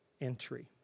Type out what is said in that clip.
entry